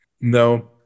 No